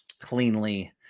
cleanly